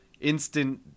instant